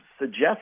suggest